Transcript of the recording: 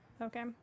Okay